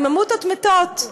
הממותות מתות.